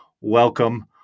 Welcome